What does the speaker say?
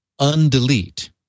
undelete